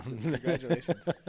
Congratulations